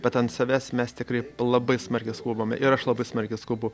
bet ant savęs mes tikrai labai smarkiai skubame ir aš labai smarkiai skubu